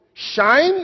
shine